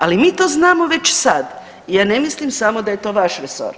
Ali mi to znamo već sad i ja ne mislim samo da je to vaš resor.